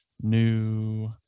new